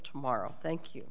tomorrow thank you